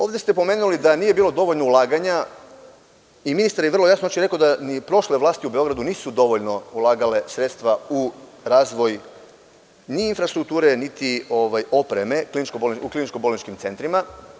Ovde ste pomenuli da nije bilo dovoljno ulaganja i ministar je vrlo jasno rekao da ni prošle vlasti u Beogradu nisu dovoljno ulagale sredstva u razvoj ni infrastrukture, niti opreme u kliničko-bolničkim centrima.